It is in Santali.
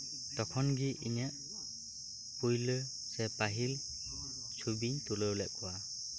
ᱛᱚᱠᱷᱚᱱ ᱜᱮ ᱤᱧᱟᱹᱜ ᱯᱳᱭᱞᱳ ᱥᱮ ᱯᱟᱹᱦᱤᱞ ᱪᱷᱳᱵᱤᱧ ᱛᱩᱞᱟᱹᱣ ᱞᱮᱫ ᱠᱚᱣᱟ